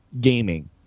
gaming